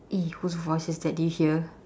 eh whose voice is that did you hear